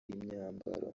imyambaro